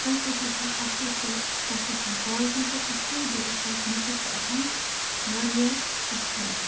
تَتھ ٲس آسان اَکھ اوس سُہ تَتھ آسان کالٹی تہِ اَصٕل بیٚیہِ ٲس تَتھ مُشک تہِ آسان واریاہ اَصٕل